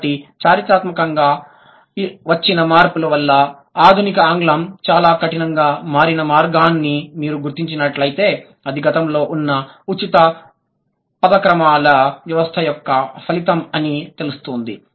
కాబట్టి చారిత్రాత్మకంగా వచ్చిన మార్పుల వల్ల ఆధునిక ఆంగ్లం చాలా కఠినంగా మారిన మార్గాన్ని మీరు గుర్తించినట్లయితే అది గతంలో ఉన్న ఉచిత పదక్రమాల వ్యవస్థ యొక్క ఫలితం అని తెలుస్తుంది